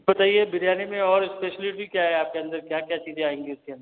बताइए बिरयानी में और स्पेशलिटी क्या है आपके अन्दर क्या क्या चीज़ें आएंगी उसके अंदर